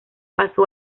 pasó